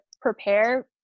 prepare